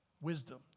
wisdom